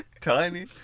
tiny